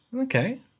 Okay